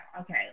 Okay